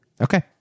Okay